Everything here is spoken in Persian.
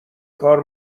کار